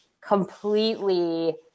completely